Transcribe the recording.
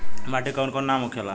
माटी के कौन कौन नाम होखेला?